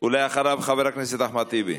אחריו, חבר הכנסת אחמד טיבי.